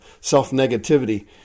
self-negativity